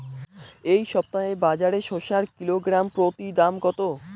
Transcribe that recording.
এই সপ্তাহে বাজারে শসার কিলোগ্রাম প্রতি দাম কত?